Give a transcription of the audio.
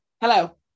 Hello